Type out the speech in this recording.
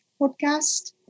podcast